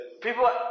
People